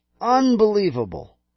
unbelievable